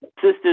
Sisters